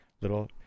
little